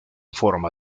forma